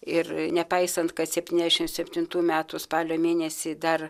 ir nepaisant kad septyniasdešimt septintų metų spalio mėnesį dar